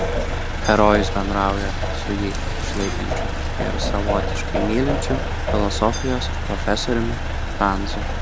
herojus bendrauja su jį išlaikančiu ir savotiškai mylinčiu filosofijos profesoriumi franzu